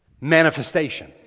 manifestation